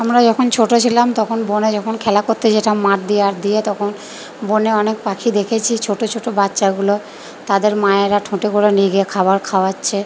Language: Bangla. আমরা যখন ছোটো ছিলাম তখন বনে যখন খেলা করতে যেতাম মাঠ দিয়ে আঠ দিয়ে তখন বনে অনেক পাখি দেখেছি ছোটো ছোটো বাচ্চাগুলো তাদের মায়েরা ঠোঁটে করে নিয়ে গিয়ে খাবার খাওয়াচ্ছে